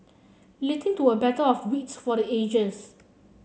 leading to a battle of wits for the ages